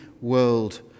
World